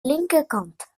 linkerkant